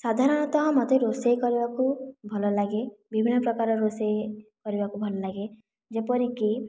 ସାଧାରଣତଃ ମୋତେ ରୋଷେଇ କରିବାକୁ ଭଲ ଲାଗେ ବିଭିନ୍ନ ପ୍ରକାର ରୋଷେଇ କରିବାକୁ ଭଲ ଲାଗେ ଯେପରିକି